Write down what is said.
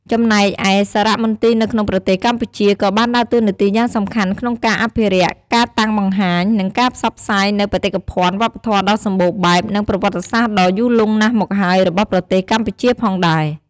ចំណែកឯសារមន្ទីរនៅក្នុងប្រទេសកម្ពុជា ក៏បានដើរតួនាទីយ៉ាងសំខាន់ក្នុងការអភិរក្ស កាតាំងបង្ហាញ និងការផ្សព្វផ្សាយនូវបេតិកភណ្ឌវប្បធម៌ដ៏សម្បូរបែប និងប្រវត្តិសាស្ត្រដ៏យូរលង់ណាស់មកហើយរបស់ប្រទេសកម្ពុជាផងដែរ។